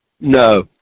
No